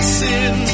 sin